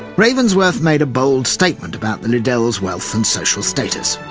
ravensworth made a bold statement about the liddell's wealth and social status.